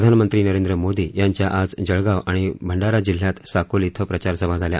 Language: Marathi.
प्रधानमंत्री नरेंद्र मोदी यांच्या आज जळगाव आणि भंडारा जिल्ह्यात साकोली इथं प्रचारसभा झाल्या